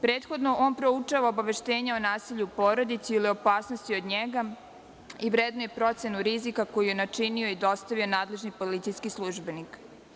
Prethodno, on proučava obaveštenje o nasilju u porodici ili opasnosti od njega i vrednuje procenu rizika koju je načinio i dostavio nadležni policijski službenik.